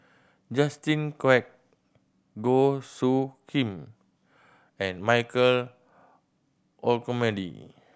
Justin Quek Goh Soo Khim and Michael Olcomendy